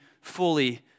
fully